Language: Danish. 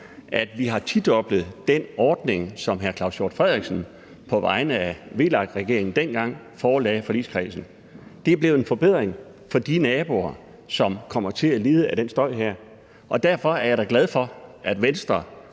at vi har tidoblet den ordning, som hr. Claus Hjort Frederiksen på vegne af VLAK-regeringen dengang forelagde forligskredsen. Det er blevet en forbedring for de naboer, som kommer til at lide af den støj her, og derfor er jeg da glad for, at Venstre